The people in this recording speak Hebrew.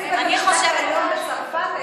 לוועדת חוקה.